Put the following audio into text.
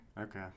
okay